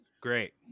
Great